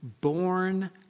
born